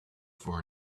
for